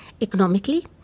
economically